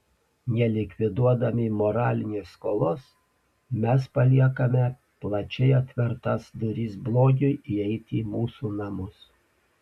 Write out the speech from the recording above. nelikviduodami moralinės skolos mes paliekame plačiai atvertas duris blogiui įeiti į mūsų namus